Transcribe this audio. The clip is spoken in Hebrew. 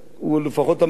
הוא לפחות אמר את זה,